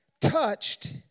touched